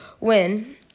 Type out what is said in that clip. win